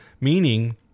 meaning